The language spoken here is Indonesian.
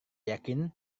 yakin